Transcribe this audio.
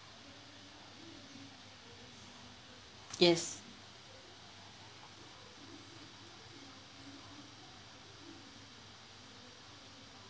yes